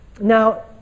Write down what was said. Now